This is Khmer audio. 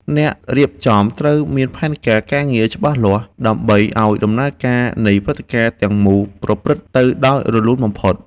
អ្នករៀបចំត្រូវមានផែនការការងារច្បាស់លាស់ដើម្បីឱ្យដំណើរការនៃព្រឹត្តិការណ៍ទាំងមូលប្រព្រឹត្តទៅដោយរលូនបំផុត។